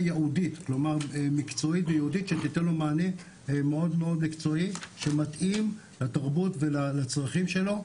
ייעודית שתיתן לו מענה מקצועי שמתאים לתרבות ולצרכים שלו,